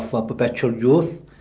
ah perpetual youth,